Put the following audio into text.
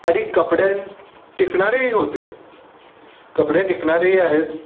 आणि कपड्यां टिकणारेही होते कपडे टिकणारेही आहेत